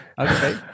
Okay